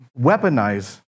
weaponize